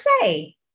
say